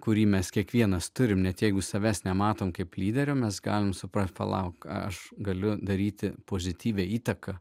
kurį mes kiekvienas turime net jeigu savęs nematom kaip lyderio mes galime suprasti palauk aš galiu daryti pozityvią įtaką